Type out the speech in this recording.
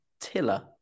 tiller